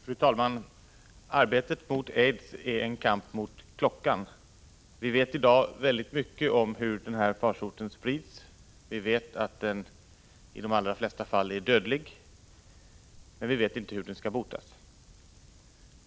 Fru talman! Arbetet mot aids är en kamp mot klockan. Vi vet i dag mycket om hur farsoten sprids, och vi vet att den i de allra flesta fall är dödlig. Men vi vet inte hur den skall botas.